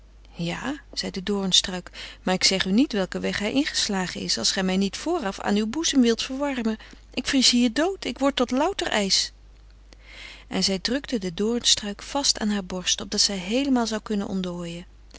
ja zei de doornstruik maar ik zeg u niet welken weg hij ingeslagen is als gij mij niet vooraf aan uw boezem wilt verwarmen ik vries hier dood ik word tot louter ijs en zij drukte den doornstruik vast aan haar borst opdat hij heelemaal zou kunnen ontdooien